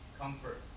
comfort